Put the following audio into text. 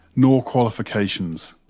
nor qualifications.